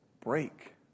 break